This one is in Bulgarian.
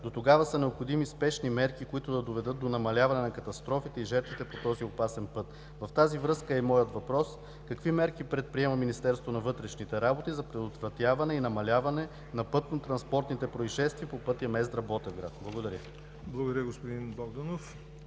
Дотогава са необходими спешни мерки, които да доведат до намаляване на катастрофите и жертвите по този опасен път. В тази връзка е и моят въпрос: какви мерки предприема Министерството на вътрешните работи за предотвратяване и намаляване на пътно-транспортните произшествия по пътя Мездра – Ботевград? Благодаря Ви.